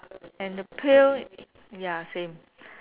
and the pail ya same